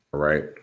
right